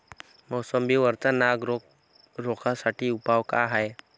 मोसंबी वरचा नाग रोग रोखा साठी उपाव का हाये?